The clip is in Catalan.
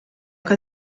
que